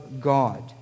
God